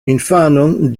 infanon